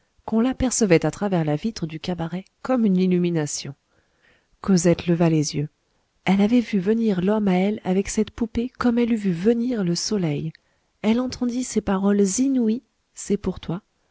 qu'on l'apercevait à travers la vitre du cabaret comme une illumination cosette leva les yeux elle avait vu venir l'homme à elle avec cette poupée comme elle eût vu venir le soleil elle entendit ces paroles inouïes c'est pour toi